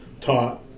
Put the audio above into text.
taught